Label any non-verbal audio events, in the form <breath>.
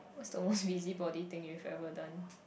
what's the most <breath> busybody thing you've ever done